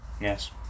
Yes